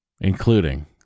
including